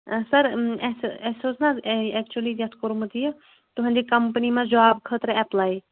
سَر اَسہِ اَسہِ اوس نہ حظ ایٚکچُؤلی یَتھ کوٚرمُت یہِ تُہنٛدِ کَمپٔنی منٛز جاب خٲطرٕ ایٚپلاے